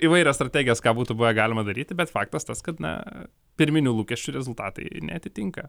įvairios strategijos ką būtų galima daryti bet faktas tas kad na pirminių lūkesčių rezultatai neatitinka